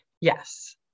Yes